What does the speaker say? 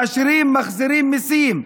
והעשירים מחזירים מיסים.